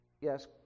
yes